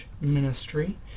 ministry